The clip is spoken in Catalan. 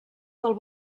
del